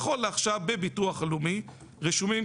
נכון לעכשיו בביטוח הלאומי רשומים